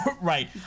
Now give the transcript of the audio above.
Right